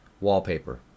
wallpaper